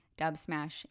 Dubsmash